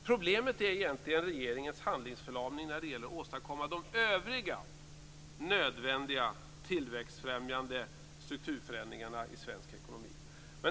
Problemet är egentligen regeringens handlingsförlamning när det gäller att åstadkomma de övriga nödvändiga tillväxtfrämjande strukturförändringarna i svensk ekonomi.